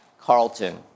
Carlton